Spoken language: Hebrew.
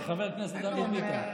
לא, בשביל חבר הכנסת דוד ביטן.